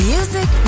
Music